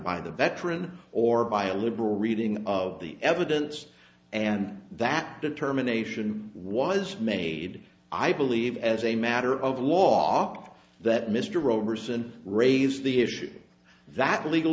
the veteran or by a liberal reading of the evidence and that determination was made i believe as a matter of law that mr romer's and raised the issue that legal